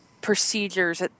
procedures